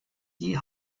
die